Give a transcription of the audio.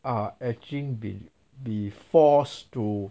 are actually be be forced to